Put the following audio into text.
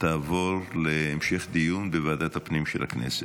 תעבור להמשך דיון בוועדת הפנים של הכנסת.